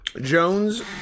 Jones